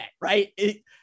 right